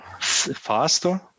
faster